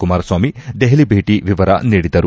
ಕುಮಾರಸ್ವಾಮಿ ದೆಹಲಿ ಭೇಟ ವಿವರ ನೀಡಿದರು